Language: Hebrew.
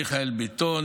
מיכאל ביטון,